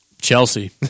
Chelsea